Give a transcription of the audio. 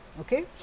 okay